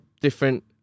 different